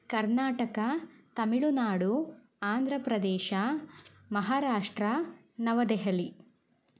Karnataka Tamil Nadu Andhra Pradesh Maharashtra New Delhi